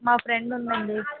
మా ఫ్రెండ్ ఉందండీ